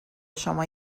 شما